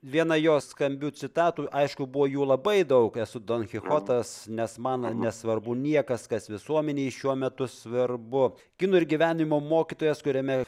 viena jo skambių citatų aišku buvo jų labai daug esu don kichotas nes man nesvarbu niekas kas visuomenėj šiuo metu svarbu kino ir gyvenimo mokytojas kuriame